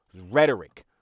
Rhetoric